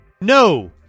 no